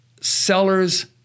seller's